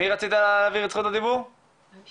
בעצם